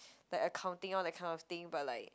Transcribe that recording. like accounting all that kind of thing but like